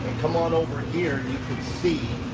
come on over here and you can see